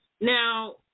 now